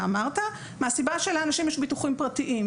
אמרת כי לאנשים יש ביטוחים פרטיים.